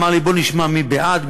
אמר לי: בוא נשמע מי בעד,